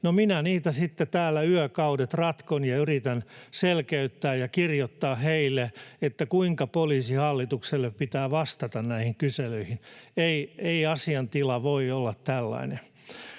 minä niitä sitten täällä yökaudet ratkon ja yritän selkeyttää ja kirjoittaa heille, kuinka Poliisihallitukselle pitää vastata näihin kyselyihin. Ei asiantila voi olla tällainen.